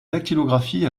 dactylographie